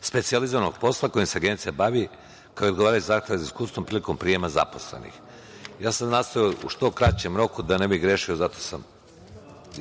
specijalizovanog posla kojim se Agencija bavi, kao i odgovarajući zahtevima za iskustvom prilikom prijema zaposlenih. Nastojao sam da u što kraćem roku, da ne bih grešio, zato sam